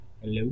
Hello